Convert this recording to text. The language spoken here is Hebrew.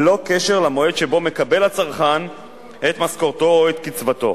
ללא קשר למועד שבו מקבל הצרכן את משכורתו או את קצבתו.